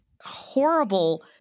horrible